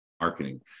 Marketing